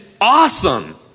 awesome